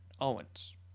Owens